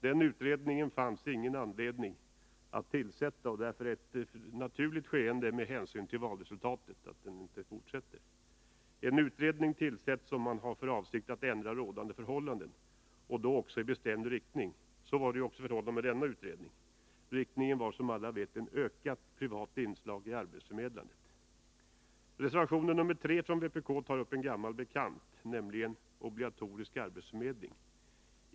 Den utredningen fanns det ingen anledning att tillsätta, och därför är det ett naturligt skeende med hänsyn till valresultatet att den inte fortsätter. En utredning tillsätts om man har för avsikt att ändra rådande förtållanden, och då i bestämd riktning. Så var ju fallet med denna utredning. Riktningen var, som alla vet, för ett ökat privat inslag i arbetsförmedlandet. Reservation 3 från vpk tar upp en gammal bekant, nämligen obligatorisk arbetsförmedling.